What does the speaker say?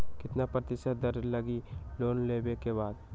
कितना प्रतिशत दर लगी लोन लेबे के बाद?